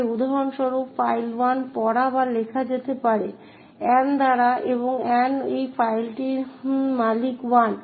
তাই উদাহরণস্বরূপ ফাইল 1 পড়া এবং লেখা যেতে পারে অ্যান দ্বারা এবং অ্যানও এই ফাইলটির মালিক 1